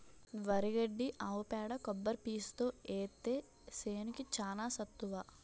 వరి గడ్డి ఆవు పేడ కొబ్బరి పీసుతో ఏత్తే సేనుకి చానా సత్తువ